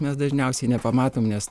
mes dažniausiai nepamatom nes